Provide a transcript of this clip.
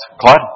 Claude